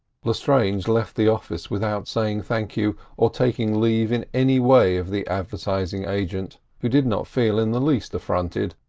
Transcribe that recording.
lestrange left the office without saying thank you, or taking leave in any way of the advertising agent who did not feel in the least affronted,